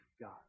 God